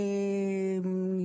עלבון.